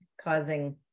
causing